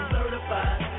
Certified